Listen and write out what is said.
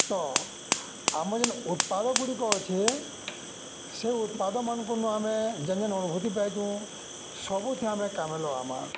ତ ଆମର୍ ଯେନ୍ ଉତ୍ପାଦ ଗୁଡ଼ିକ ଅଛେ ସେ ଉତ୍ପାଦ ମାନ୍ଙ୍କର୍ନୁ ଆମେ ଯେନ୍ ଯେନ୍ ଅନୁଭୂତି ପାଇଛୁଁ ସବୁଥି ଆମେ କାମେ ଲଗାମା